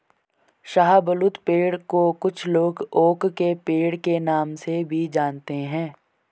शाहबलूत पेड़ को कुछ लोग ओक के पेड़ के नाम से भी जानते है